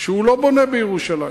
שהוא לא בונה בירושלים.